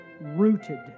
rooted